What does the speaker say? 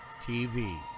TV